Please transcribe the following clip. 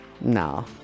No